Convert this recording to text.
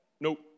nope